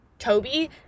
Toby